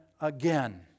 again